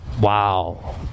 Wow